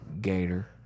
gator